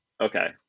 Okay